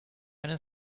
eine